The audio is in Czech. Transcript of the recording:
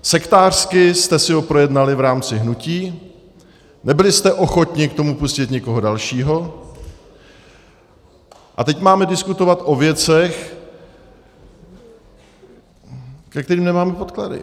Sektářsky jste si ho projednali v rámci hnutí, nebyli jste ochotni k tomu pustit nikoho dalšího a teď máme diskutovat o věcech, ke kterým nemáme podklady.